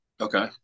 okay